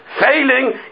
failing